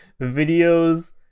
videos